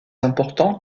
important